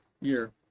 year